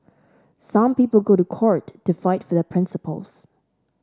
some people go to court to fight for their principles